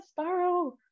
sparrow